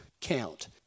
count